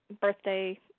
birthday